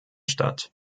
statt